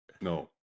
No